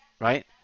right